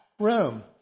room